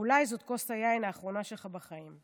ואולי זאת כוס היין האחרונה שלך בחיים.